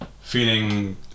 feeling